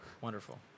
Wonderful